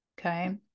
Okay